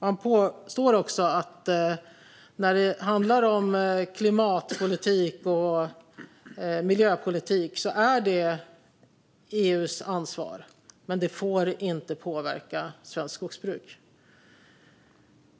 Han påstår också att när det handlar om klimatpolitik och miljöpolitik är det EU:s ansvar, men det får inte påverka svenskt skogsbruk.